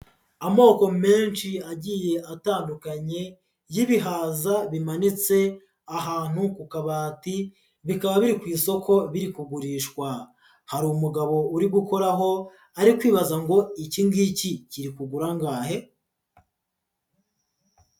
Amoko menshi agiye atandukanye y'ibihaza bimanitse ahantu ku kabati bikaba biri ku isoko biri kugurishwa, hari umugabo uri gukoraho ari kwibaza ngo ikingiki kiri kugura angahe.